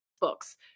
books